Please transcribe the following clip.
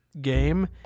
game